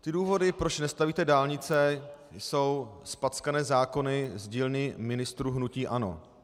Ty důvody, proč nestavíte dálnice, jsou zpackané zákony z dílny ministrů hnutí ANO.